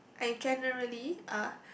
and in generally uh